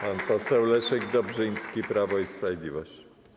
Pan poseł Leszek Dobrzyński, Prawo i Sprawiedliwość.